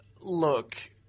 Look